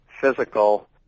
physical